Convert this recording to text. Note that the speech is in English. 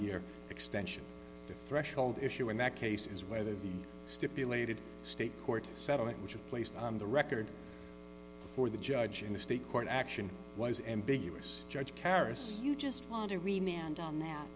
year extension the threshold issue in that case is whether the stipulated state court settlement which is placed on the record for the judge in the state court action was ambiguous judge charisse you just wan